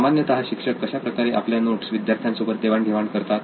सामान्यतः शिक्षक कशाप्रकारे आपल्या नोट्स विद्यार्थ्यांसोबत देवाण घेवाण करतात